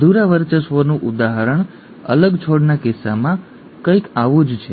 અધૂરા વર્ચસ્વનું ઉદાહરણ અલગ છોડના કિસ્સામાં કંઈક આવું જ છે